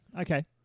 Okay